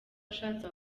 ushatse